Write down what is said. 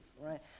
right